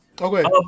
Okay